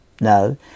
No